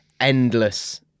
endless